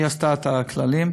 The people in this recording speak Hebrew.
היא עשתה את הכללים,